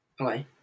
okay